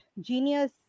genius